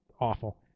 awful